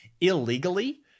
illegally